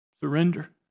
Surrender